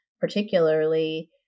particularly